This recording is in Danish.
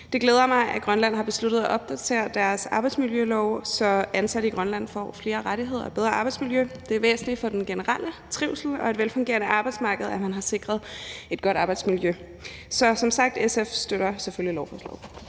Det glæder mig, at Grønland har besluttet at opdatere deres arbejdsmiljølov, så ansatte i Grønland får flere rettigheder og et bedre arbejdsmiljø. Det er væsentligt for den generelle trivsel og et velfungerende arbejdsmarked, at man har sikret et godt arbejdsmiljø. Så som sagt støtter SF selvfølgelig lovforslaget.